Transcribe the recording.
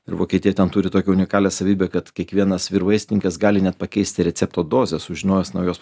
ir vokietija ten turi tokią unikalią savybę kad kiekvienas vyrvaistininkas gali net pakeisti recepto dozę sužinojęs naujos